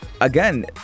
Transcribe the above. again